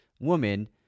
woman